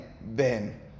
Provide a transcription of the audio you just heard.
ben